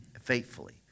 faithfully